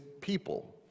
people